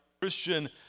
Christian